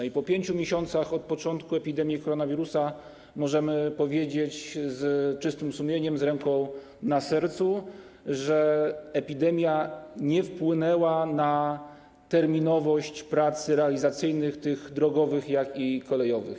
I po 5 miesiącach od początku epidemii koronawirusa możemy powiedzieć z czystym sumieniem, z ręką na sercu, że epidemia nie wpłynęła na terminowość prac realizacyjnych zarówno drogowych, jak i kolejowych.